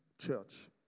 church